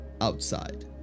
outside